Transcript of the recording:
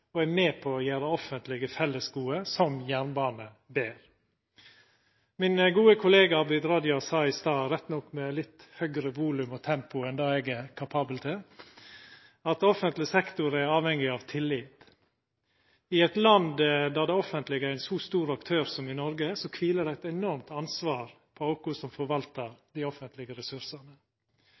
og er med på å gjera offentlege fellesgode, som jernbane, betre. Min gode kollega Abid Q. Raja sa i stad – rett nok med litt høgare volum og tempo enn det eg er kapabel til – at offentleg sektor er avhengig av tillit. I eit land der det offentlege er ein så stor aktør som i Noreg, kviler det eit enormt ansvar på oss som forvaltar dei offentlege ressursane.